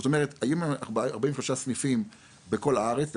זאת אומרת יפרסו 43 סניפים בכל הארץ,